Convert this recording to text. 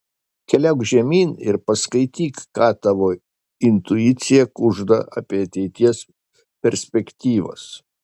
keliauk žemyn ir paskaityk ką tavo intuicija kužda apie ateities perspektyvas